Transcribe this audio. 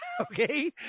Okay